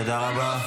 --- תודה רבה.